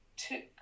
took